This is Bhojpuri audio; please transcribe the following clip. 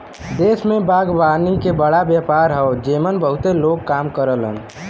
देश में बागवानी के बड़ा व्यापार हौ जेमन बहुते लोग काम करलन